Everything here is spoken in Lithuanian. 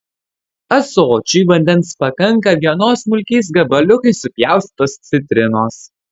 ąsočiui vandens pakanka vienos smulkiais gabaliukais supjaustytos citrinos